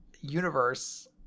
universe